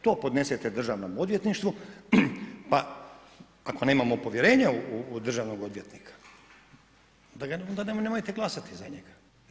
To podnesete državnom odvjetništvu pa, ako nemamo povjerenja u državnog odvjetnika, onda nemojte glasati za njega.